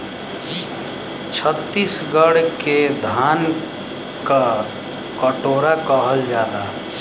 छतीसगढ़ के धान क कटोरा कहल जाला